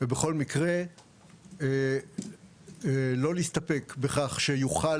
ובכל מקרה לא להסתפק בכך שיוחל